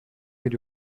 bir